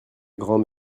grand